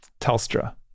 Telstra